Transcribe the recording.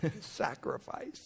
sacrifice